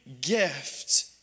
gift